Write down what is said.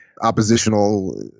oppositional